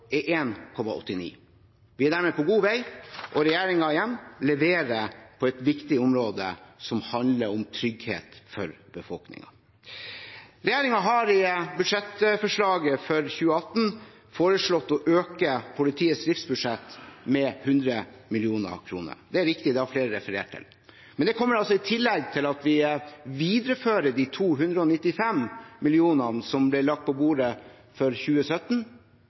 er 1,89. Vi er dermed på god vei, og igjen leverer regjeringen på et viktig område, som handler om trygghet for befolkningen. Regjeringen har i budsjettforslaget for 2018 foreslått å øke politiets driftsbudsjett med 100 mill. kr. Det er riktig, det har flere referert til, men det kommer i tillegg til at vi viderefører de 295 mill. kr som ble lagt på bordet for 2017,